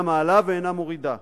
אינה מעלה ואינה מורידה.